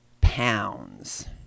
pounds